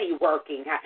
working